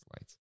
lights